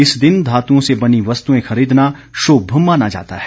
इस दिन धातुओं से बनी वस्तुएं खरीदना शुभ माना जाता है